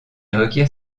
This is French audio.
requiert